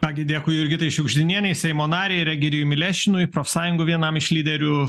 ką gi dėkui jurgitai šiugždinienei seimo narei ir egidijui milešinui profsąjungų vienam iš lyderių